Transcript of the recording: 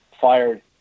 fired